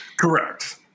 Correct